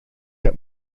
heb